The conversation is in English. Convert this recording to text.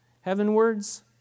Heavenwards